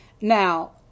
Now